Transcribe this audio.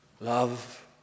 love